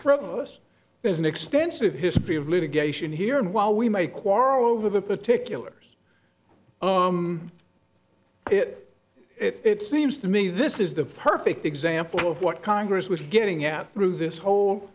of us is an expensive history of litigation here and while we may quarrel over the particulars of it it seems to me this is the perfect example of what congress was getting at through this whole